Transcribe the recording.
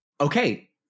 Okay